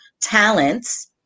talents